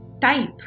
type